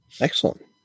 Excellent